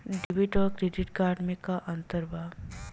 Debit आउर credit card मे का अंतर बा?